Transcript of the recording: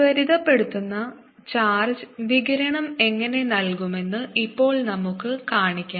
ത്വരിതപ്പെടുത്തുന്ന charge വികിരണം എങ്ങനെ നൽകുമെന്ന് ഇപ്പോൾ നമുക്ക് കാണിക്കാം